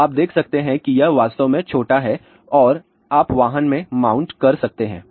तो आप देख सकते हैं कि यह वास्तव में छोटा है और आप वाहन में माउंट कर सकते हैं